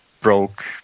broke